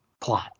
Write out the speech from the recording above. plot